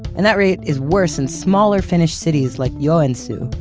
and that rate is worse in smaller finnish cities like joensuu.